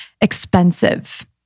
Expensive